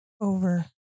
over